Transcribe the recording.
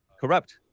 corrupt